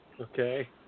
Okay